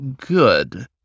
good